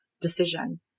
decision